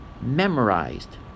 memorized